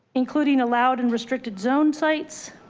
including allowed in restricted zone sites.